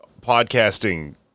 podcasting